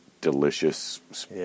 delicious